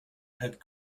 had